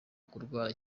kurwara